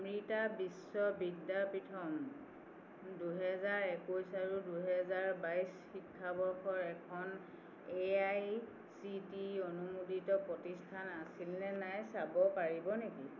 অমৃতা বিশ্ব বিদ্যাপীথম দুহেজাৰ একৈছ আৰু দুহেজাৰ বাইছ শিক্ষাবৰ্ষৰ এখন এআইচিটিই অনুমোদিত প্ৰতিষ্ঠান আছিল নে নাই চাব পাৰিব নেকি